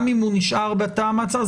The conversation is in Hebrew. גם אם הוא נשאר בתא המעצר,